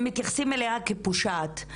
בעיניי, מתייחסים אליה כאל פושעת.